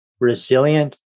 resilient